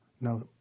no